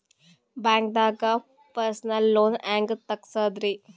ಬ್ಯಾಂಕ್ದಾಗ personal loan ಹೆಂಗ್ ತಗ್ಸದ್ರಿ?